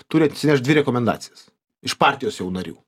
turi atsinešt dvi rekomendacijas iš partijos jau narių